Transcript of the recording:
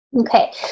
Okay